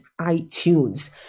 iTunes